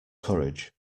courage